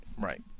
Right